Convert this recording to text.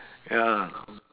ya